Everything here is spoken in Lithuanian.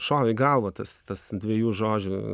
šovė į galvą tas tas dviejų žodžių